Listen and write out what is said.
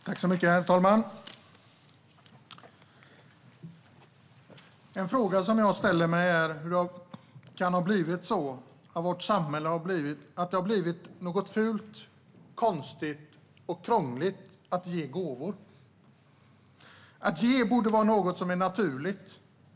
Herr talman! En fråga som jag ställer mig är hur det i vårt samhälle kan ha blivit något fult, konstigt och krångligt att ge gåvor. Att ge borde vara något som är naturligt.